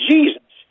Jesus